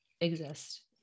exist